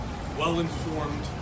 well-informed